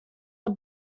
are